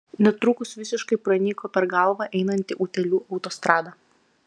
netrukus visiškai pranyko per galvą einanti utėlių autostrada